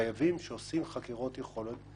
שכאשר עושים חקירות יכולת,